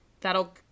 that'll